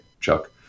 Chuck